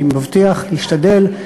ואני מבטיח להשתדל,